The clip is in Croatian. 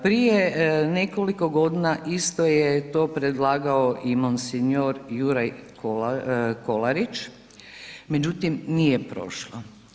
Prije nekoliko godina isto je to predlagao i mons. Juraj Kolarić, međutim nije prošlo.